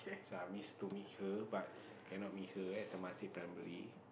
so I miss to meet her but cannot meet her at Temasek Primary